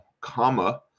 comma